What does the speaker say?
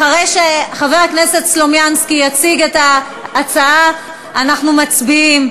אחרי שחבר הכנסת סלומינסקי יציג את ההצעה אנחנו מצביעים.